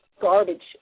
garbage